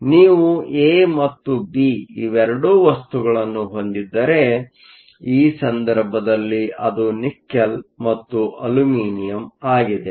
ಆದ್ದರಿಂದ ನೀವು ಎ ಮತ್ತು ಬಿ ಇವರೆಡು ವಸ್ತುಗಳನ್ನು ಹೊಂದಿದ್ದರೆ ಈ ಸಂದರ್ಭದಲ್ಲಿ ಅದು ನಿಕಲ್ ಮತ್ತು ಅಲ್ಯೂಮಿನಿಯಂ ಆಗಿದೆ